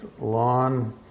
lawn